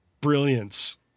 brilliance